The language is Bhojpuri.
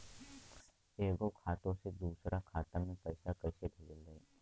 एगो खाता से दूसरा खाता मे पैसा कइसे भेजल जाई?